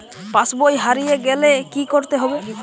পাশবই হারিয়ে গেলে কি করতে হবে?